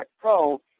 Pro